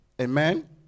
Amen